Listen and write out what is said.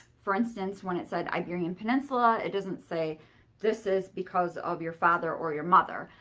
for instance when it said iberian peninsula, it doesn't say this is because of your father or your mother.